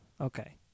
Okay